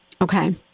Okay